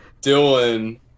Dylan